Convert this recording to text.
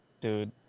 dude